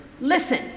Listen